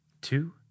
two